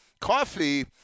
Coffee